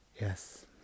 Yes